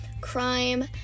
crime